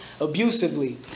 abusively